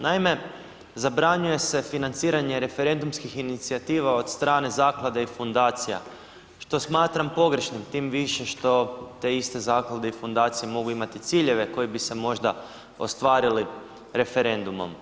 Naime, zabranjuje se financiranje referendumskih inicijativa od strane zaklade i fundacija što smatram pogrešnim tim više što te iste zaklade i fundacije mogu imati ciljeve koji bi se možda ostvarili referendumom.